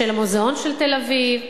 של מוזיאון תל-אביב.